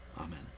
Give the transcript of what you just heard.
Amen